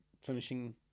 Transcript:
finishing